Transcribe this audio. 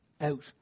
out